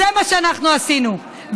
זה מה שאנחנו עשינו,